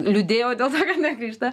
liūdėjau dėl to kad negrįžta